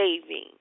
saving